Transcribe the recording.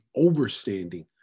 overstanding